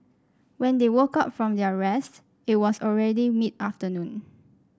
when they woke up from their rest it was already mid afternoon